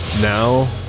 now